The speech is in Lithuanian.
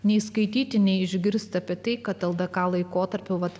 nei skaityti nei išgirsti apie tai kad ldk laikotarpiu vat